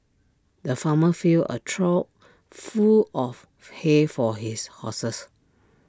the farmer filled A trough full of hay for his horses